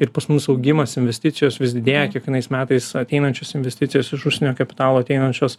ir pas mus augimas investicijos vis didėja kiekvienais metais ateinančios investicijos iš užsienio kapitalo ateinančios